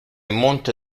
monte